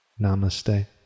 Namaste